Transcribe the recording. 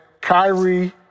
Kyrie